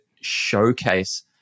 showcase